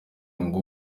ngo